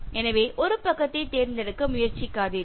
எனவே ஒரு பக்கத்தை தேர்ந்தெடுக்க முயற்சிக்காதீர்கள்